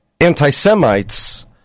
anti-Semites